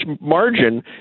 margin